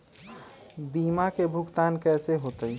बीमा के भुगतान कैसे होतइ?